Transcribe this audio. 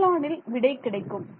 epsilon விடை கிடைக்கும்